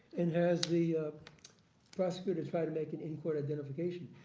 and has the prosecutors try to make an in-court identification.